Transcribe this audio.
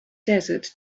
desert